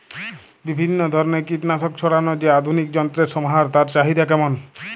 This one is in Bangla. বিভিন্ন ধরনের কীটনাশক ছড়ানোর যে আধুনিক যন্ত্রের সমাহার তার চাহিদা কেমন?